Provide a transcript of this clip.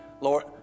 Lord